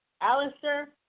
Alistair